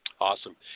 Awesome